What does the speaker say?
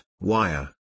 wire